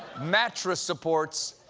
mattress supports,